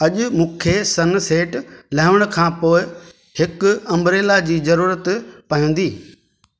अॼु मूंखे sunset लहण खां पोइ हिकु अमब्रेला जी ज़रूरत पवंदी